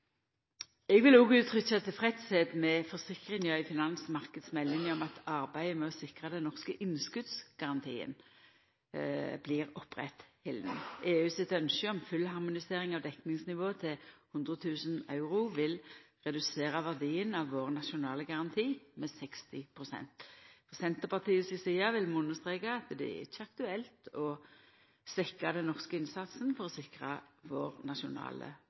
Eg er òg tilfreds med forsikringa i finansmarknadsmeldinga om at det blir arbeidd med å sikra at den norske innskotsgarantien blir oppretthalden. EU sitt ynskje om full harmonisering av dekningsnivået til 100 000 euro vil redusera verdien av vår nasjonale garanti med 60 pst. Frå Senterpartiet si side vil vi understreka at det ikkje er aktuelt å svekkja den norske innsatsen for å sikra vår nasjonale